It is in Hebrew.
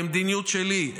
כמדיניות שלי,